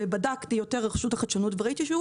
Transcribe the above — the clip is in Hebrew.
בדקתי יותר על רשות החדשנות וראיתי שהיו